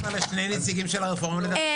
נתת כבר לשני נציגים של הרפורמים לדבר.